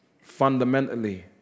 fundamentally